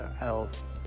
else